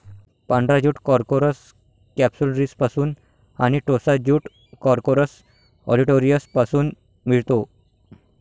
पांढरा jute Corchorus कॅप्सुलरिसपासून आणि टोसा ज्यूट कॉर्कोरस ऑलिटोरियसपासून मिळतो